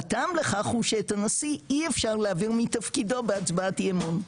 הטעם לכך הוא שאת הנשיא אי אפשר להעביר מתפקידו בהצבעת אי אמון.